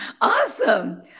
Awesome